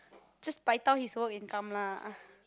just paitao his work and come lah